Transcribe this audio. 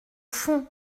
fond